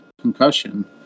concussion